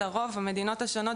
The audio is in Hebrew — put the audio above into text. המדינות השונות,